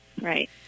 right